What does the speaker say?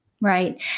Right